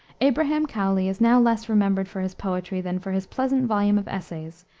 abraham cowley is now less remembered for his poetry than for his pleasant volume of essays,